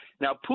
Now